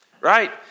Right